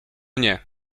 nie